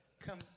Come